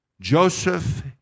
Joseph